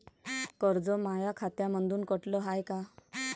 कर्ज माया खात्यामंधून कटलं हाय का?